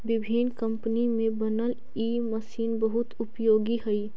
विभिन्न कम्पनी में बनल इ मशीन बहुत उपयोगी हई